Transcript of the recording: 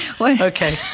Okay